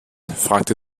fragte